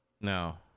No